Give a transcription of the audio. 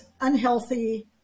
unhealthy